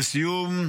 לסיום,